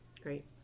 Great